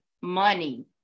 money